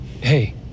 Hey